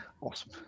Awesome